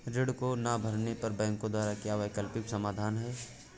ऋण को ना भरने पर बैंकों द्वारा क्या वैकल्पिक समाधान हैं?